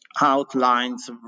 outlines